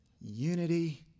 unity